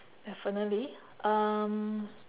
definitely um